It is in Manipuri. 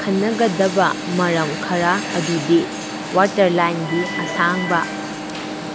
ꯈꯟꯅꯒꯗꯕ ꯃꯔꯝ ꯈꯔ ꯑꯗꯨꯗꯤ ꯋꯥꯇꯔꯂꯥꯏꯟꯒꯤ ꯑꯁꯥꯡꯕ